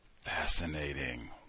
fascinating